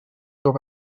door